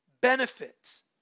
benefits